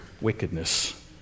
wickedness